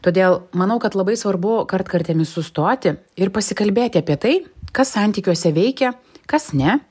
todėl manau kad labai svarbu kartkartėmis sustoti ir pasikalbėti apie tai kas santykiuose veikia kas ne